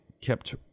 kept